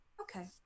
Okay